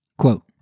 Quote